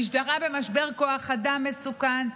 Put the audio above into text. המשטרה במשבר כוח אדם מסוכן,